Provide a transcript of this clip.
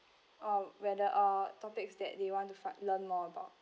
um whether uh topics that they want to fi~ learn more about